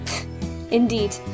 Indeed